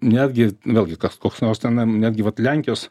netgi vėlgi kažkoks nors ten netgi vat lenkijos